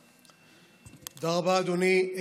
תודה רבה, אדוני.